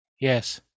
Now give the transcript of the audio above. yes